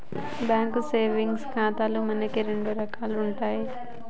bank savings ఖాతాలు మనకు రెండు రకాలు ఉంటాయి